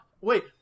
Wait